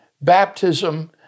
baptism